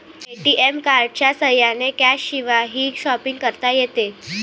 ATM कार्डच्या साह्याने कॅशशिवायही शॉपिंग करता येते